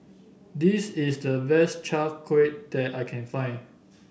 this is the best Chai Kuih that I can find